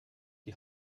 die